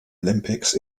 olympics